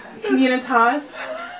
Communitas